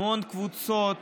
המון קבוצות,